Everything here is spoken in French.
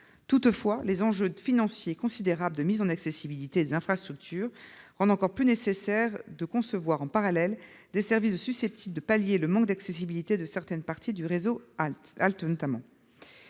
Toutefois, les enjeux financiers considérables de la mise en accessibilité des infrastructures rendent encore plus nécessaire de concevoir, en parallèle, des services susceptibles de pallier le manque d'accessibilité de certaines parties du réseau, notamment